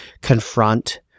confront